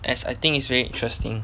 as I think it's really interesting